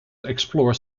explore